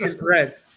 red